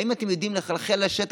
האם אתם יודעים לחלחל לשטח,